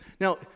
now